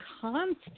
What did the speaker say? constant